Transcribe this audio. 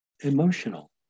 emotional